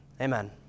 Amen